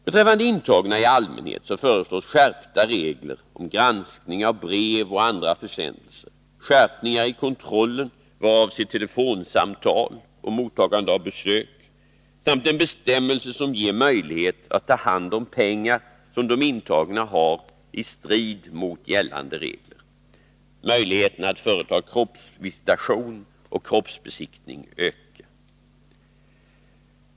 Beträffande intagna i allmänhet föreslås skärpta regler om granskning av brev och andra försändelser, skärpningar i kontrollen vad avser telefonsamtal och mottagande av besök samt en bestämmelse som ger möjlighet att ta hand om pengar som de intagna har i strid mot gällande regler. Möjligheterna att företa kroppsvisitation och kroppsbesiktning utökas.